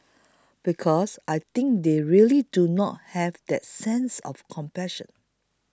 because I think they really do not have that sense of compassion